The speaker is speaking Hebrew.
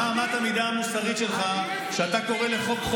מה שאנחנו עושים בחוק הזה, בצדק.